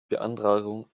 beantragung